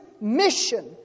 mission